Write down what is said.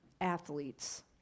athletes